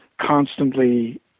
constantly